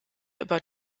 über